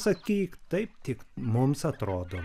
sakyk taip tik mums atrodo